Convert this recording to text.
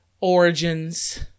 origins